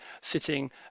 sitting